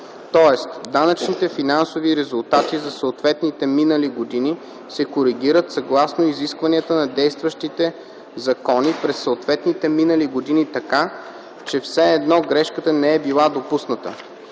Тоест, данъчните финансови резултати за съответните минали години се коригират съгласно изискванията на действащите закони през съответните минали години, така че все едно грешката не е била допусната.